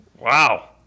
Wow